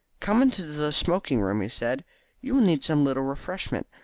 come into the smoking-room, he said you will need some little refreshment,